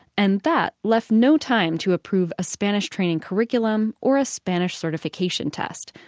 and that left no time to approve a spanish training curriculum or a spanish certification test.